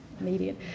immediate